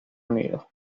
unido